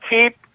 keep